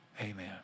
amen